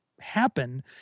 happen